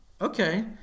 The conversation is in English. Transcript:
Okay